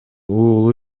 уулу